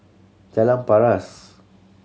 Jalan Paras